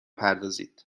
بپردازید